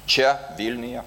čia vilniuje